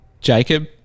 Jacob